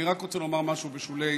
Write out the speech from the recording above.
אני רק רוצה לומר משהו בשולי